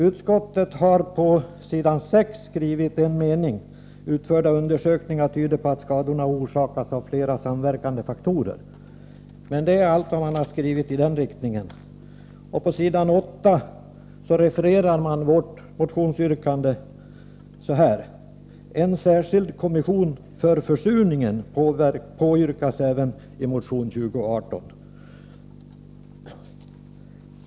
Utskottet har på s. 6 skrivit: ”Utförda undersökningar tyder på att skadorna orsakas av flera samverkande faktorer.” Men det är allt man har skrivit i den riktningen. På s. 8 refererar man vårt motionsyrkande så här: ”En särskild kommission för försurningen påyrkas även i motion 2018”.